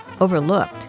overlooked